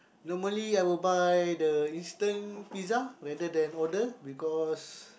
normally I will buy the instant pizza rather than order because